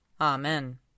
Amen